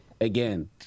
again